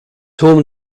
home